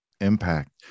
impact